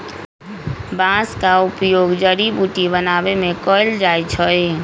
बांस का उपयोग जड़ी बुट्टी बनाबे में कएल जाइ छइ